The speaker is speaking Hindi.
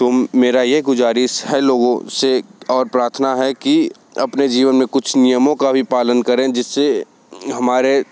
तो मेरा यह गुज़ारिश है लोगों से और प्रार्थना है कि अपने जीवन में कुछ नियमों का भी पालन करें जिससे हमारे